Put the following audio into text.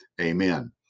Amen